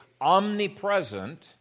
omnipresent